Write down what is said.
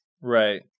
Right